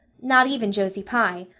not even josie pye,